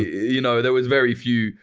you know there was very few.